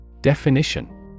Definition